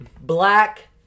black